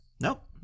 Nope